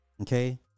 Okay